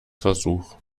versuch